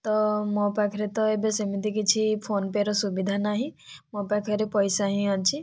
ତ ମୋ ପାଖରେ ତ ଏବେ ସେମିତି କିଛି ଫୋନ୍ ପେ'ର ସୁବିଧା ନାହିଁ ମୋ ପାଖରେ ପଇସା ହିଁ ଅଛି